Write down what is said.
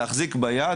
להחזיק ביד,